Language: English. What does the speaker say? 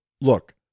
look